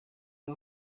num